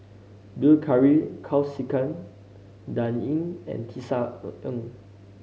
Bilahari Kausikan Dan Ying and Tisa Ng